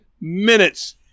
minutes